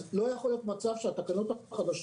אז לא יכול להיות מצב שהתקנות החדשות